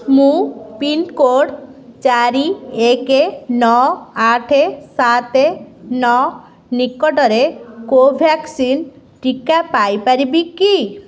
ମୁଁ ପିନ୍କୋଡ଼୍ ଚାରି ଏକ ନଅ ଆଠ ସାତ ନଅ ନିକଟରେ କୋଭ୍ୟାକ୍ସିନ୍ ଟୀକା ପାଇପାରିବି କି